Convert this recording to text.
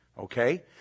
Okay